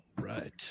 right